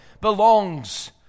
belongs